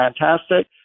fantastic